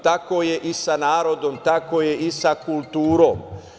Tako je i sa narodom, tako je i sa kulturom.